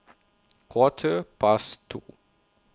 Quarter Past two